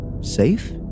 safe